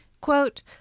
Quote